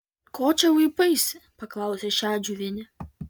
ko čia vaipaisi paklausė šedžiuvienė